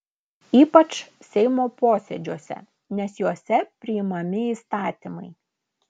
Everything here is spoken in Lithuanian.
ypač seimo posėdžiuose nes juose priimami įstatymai